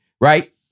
right